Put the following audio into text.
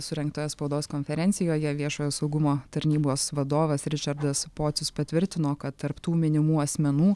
surengtoje spaudos konferencijoje viešojo saugumo tarnybos vadovas ričardas pocius patvirtino kad tarp tų minimų asmenų